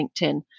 LinkedIn